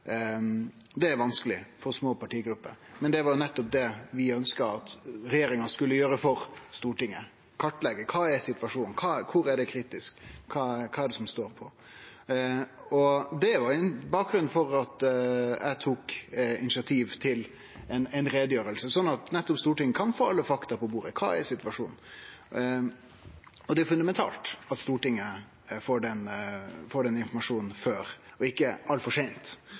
er vanskeleg for små partigrupper. Det var nettopp det vi ønskte at regjeringa skulle gjere for Stortinget – kartleggje kva situasjonen er, kor det er kritisk, kva som står på. Det er bakgrunnen for at eg tok initiativ til ei utgreiing, sånn at Stortinget kan få alle fakta på bordet. Kva er situasjonen? Det er fundamentalt at Stortinget får den informasjonen tidleg og ikkje altfor seint.